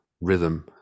rhythm